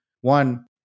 one